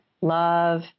love